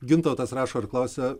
gintautas rašo ir klausia